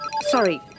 Sorry